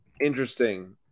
interesting